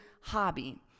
hobby